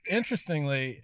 interestingly